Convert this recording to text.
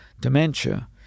dementia